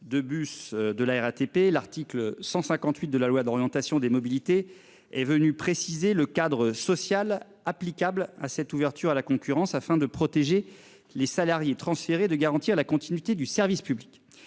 de bus de la RATP. L'article 158 de la loi d'orientation des mobilités est venu préciser le cadre social applicable à cette ouverture à la concurrence afin de protéger les salariés transférés de garantir la continuité du service public.